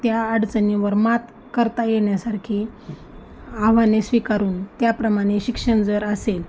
त्या अडचणीवर मात करता येण्यासारखी आव्हाने स्वीकारून त्याप्रमाणे शिक्षण जर असेल